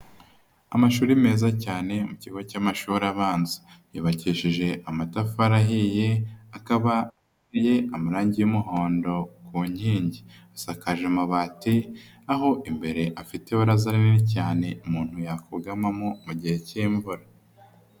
Amashuri meza cyane mu kigo cy'amashuri abanza, yubakisheje amatafari ahiye akaba ateye amarangi y'umuhondo ku nkingi, asakaje amabati aho imbere afite ibaraza rinini cyane umuntu yakugamamo mu gihe k'imvura.